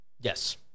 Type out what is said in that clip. Yes